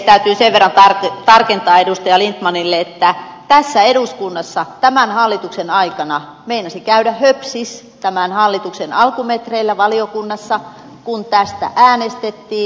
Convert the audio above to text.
täytyy sen verran tarkentaa edustaja lindtmanille että tässä eduskunnassa tämän hallituksen aikana meinasi käydä höpsis tämän hallituksen alkumetreillä valiokunnassa kun tästä äänestettiin